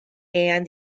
and